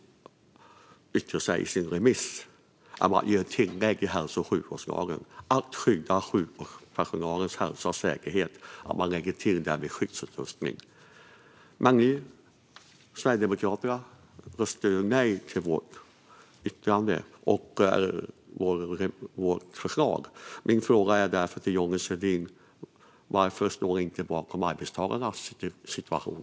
De har yttrat sig i sitt remissvar att de vill ha ett tillägg i hälso och sjukvårdslagen om att skydda sjukvårdspersonalens hälsa och säkerhet. Tillägget ska gälla skyddsutrustning. Men Sverigedemokraterna röstade nej till vårt förslag. Min fråga till Johnny Svedin är därför: Varför står ni inte bakom arbetstagarnas situation?